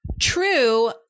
True